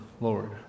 Lord